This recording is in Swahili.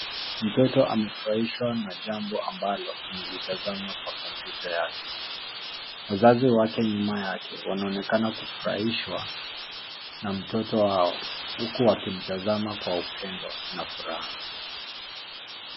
Mtoto amefurahishwa na jambo ambalo amelitazama kwa kompyuta yake. Wazazi wake nyuma yake, wanaonekana kufarahishwa na mtoto wao huku wakimtazama kwa upendo na furaha.